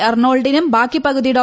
അർണോൾഡിനും ബാക്കി പകുതി ഡോ